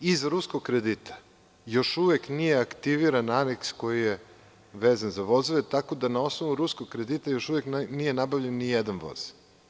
Iz ruskog kredita još uvek nije aktiviran aneks koji je vezan za vozove, tako da na osnovu ruskog kredita još uvek nije nabavljen ni jedan voz.